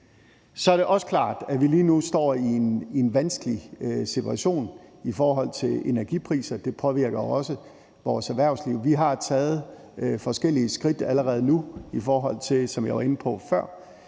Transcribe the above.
Så er det også klart, at vi lige nu står i en vanskelig situation i forhold til energipriser, for det påvirker også vores erhvervsliv. Vi har taget forskellige skridt allerede nu i forhold til det, som jeg var inde på før,